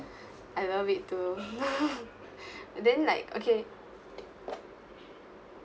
I love it too then like okay